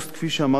כפי שאמרתי,